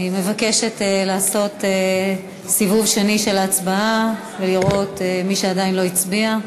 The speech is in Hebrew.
אני מבקשת לעשות סיבוב שני של ההצבעה כדי לראות מי עדיין לא הצביע.